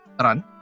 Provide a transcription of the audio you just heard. run